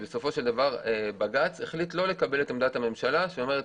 ובסופו של דבר בג"ץ החליט לא לקבל את עמדת הממשלה שאומרת,